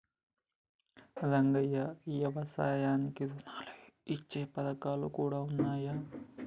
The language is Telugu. రంగయ్య యవసాయానికి రుణాలు ఇచ్చే పథకాలు కూడా ఉన్నాయి